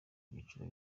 byiciro